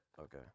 okay